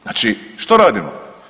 Znači što radimo?